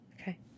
Okay